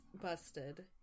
Busted